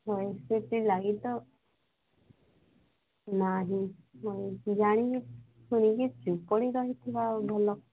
ହଁ ସେଥି ଲାଗି ତ ନାହିଁ ଜାଣିନି ଶୁଣିକି ଆଉ ଭଲ